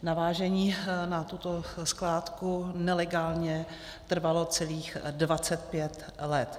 Navážení na tuto skládku nelegálně trvalo celých 25 let.